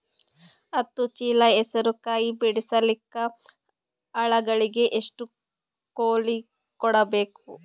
ಹತ್ತು ಚೀಲ ಹೆಸರು ಕಾಯಿ ಬಿಡಸಲಿಕ ಆಳಗಳಿಗೆ ಎಷ್ಟು ಕೂಲಿ ಕೊಡಬೇಕು?